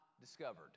discovered